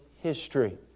history